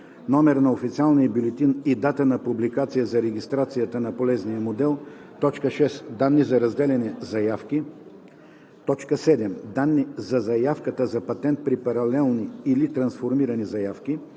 номер на официалния бюлетин и дата на публикация за регистрацията на полезния модел; 6. данни за разделени заявки; 7. данни за заявката за патент при паралелни или трансформирани заявки;